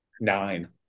nine